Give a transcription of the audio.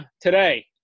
today